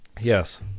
Yes